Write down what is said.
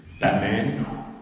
Batman